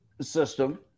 system